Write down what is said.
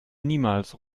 niemals